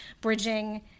bridging